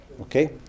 Okay